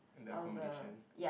and the accomodation